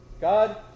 God